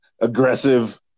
aggressive